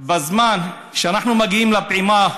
בזמן שאנחנו מגיעים לפעימה,